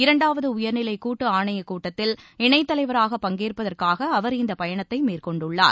இரண்டாவது உயர்நிலைக் கூட்டு ஆணையக் கூட்டத்தில் இணைத் தலைவராக பங்கேற்பதற்காக அவர் இந்த பயணத்தை மேற்கொண்டுள்ளார்